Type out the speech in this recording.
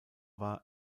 war